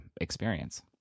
experience